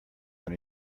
than